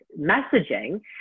messaging